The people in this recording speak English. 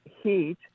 heat